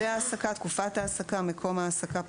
הסכמת ההורים או האפוטרופוס להעסקה בהופעת פרסום אני,